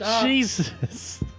Jesus